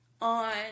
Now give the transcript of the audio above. on